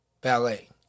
Ballet